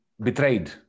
betrayed